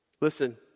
Listen